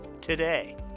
today